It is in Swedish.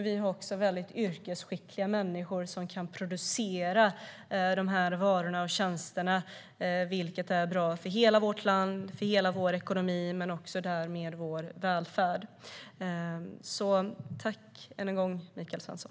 Vi har också väldigt yrkesskickliga människor som kan producera varorna och tjänsterna, vilket är bra för hela vårt land, för hela vår ekonomi och därmed också för vår välfärd. Tack, än en gång, Michael Svensson!